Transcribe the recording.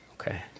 Okay